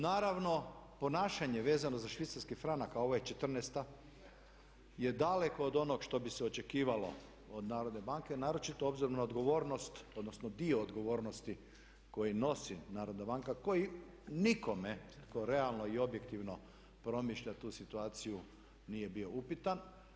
Naravno ponašanje vezano za švicarski franak a ovo je '14. je daleko od onog što bi se očekivalo od narodne banke a naročito obzirom na odgovornost, odnosno dio odgovornosti koji nosi narodna banka koji nikome tko realno i objektivno promišlja tu situaciju nije bio upitan.